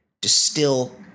distill